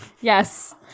Yes